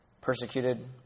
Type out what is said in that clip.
persecuted